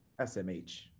SMH